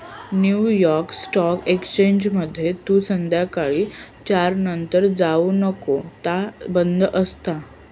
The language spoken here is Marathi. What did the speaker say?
न्यू यॉर्क स्टॉक एक्सचेंजमध्ये तू संध्याकाळी चार नंतर जाऊ नको ता बंद असता